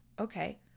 Okay